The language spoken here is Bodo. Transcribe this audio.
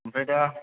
ओमफ्राय दा